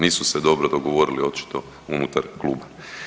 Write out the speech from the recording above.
Nisu se dobro dogovorili očito unutar kluba.